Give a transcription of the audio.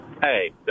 Hey